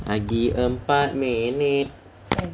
lagi minute